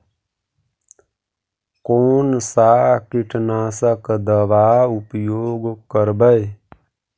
कोन सा कीटनाशक दवा उपयोग करबय?